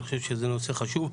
אני חושב שזה נושא חשוב.